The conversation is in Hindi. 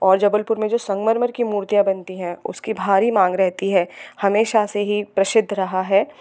और जबलपुर में जो संगमरमर की मूर्तियाँ बनती हैं उसकी भारी मांग रहती है हमेशा से ही प्रसिद्ध रहा है